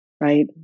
right